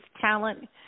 talent